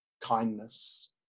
kindness